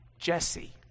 Jesse